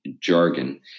jargon